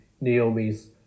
Naomi's